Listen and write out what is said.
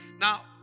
Now